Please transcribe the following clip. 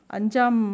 Anjam